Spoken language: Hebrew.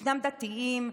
ישנם דתיים,